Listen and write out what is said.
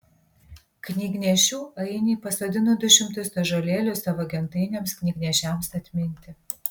knygnešių ainiai pasodino du šimtus ąžuolėlių savo gentainiams knygnešiams atminti